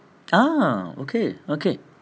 ah okay okay